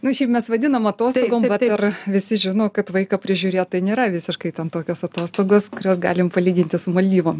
nu šiaip mes vadinam atostogom vat ir visi žino kad vaiką prižiūrėt tai nėra visiškai ten tokios atostogos kurios galim palyginti su maldyvom